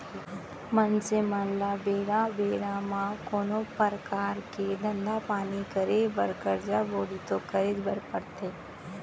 मनसे मन ल बेरा बेरा म कोनो परकार के धंधा पानी करे बर करजा बोड़ी तो करेच बर परथे